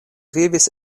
vivis